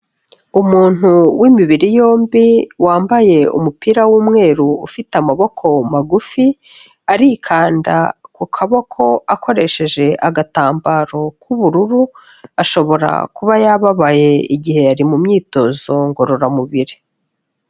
Umuntu w'imibiri yombi wambaye umupira w'umweru ufite amaboko magufi, arikanda ku kaboko akoresheje agatambaro k'ubururu, ashobora kuba yababaye igihe yari mu myitozo ngororamubiri.